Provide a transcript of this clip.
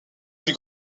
plus